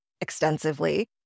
extensively